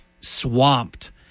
swamped